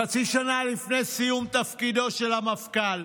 חצי שנה לפני סיום תפקידו של המפכ"ל.